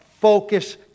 focus